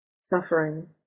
suffering